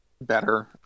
better